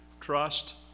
trust